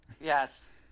Yes